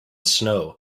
snow